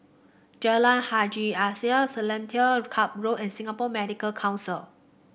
Jalan Haji Alias Seletar Club Road and Singapore Medical Council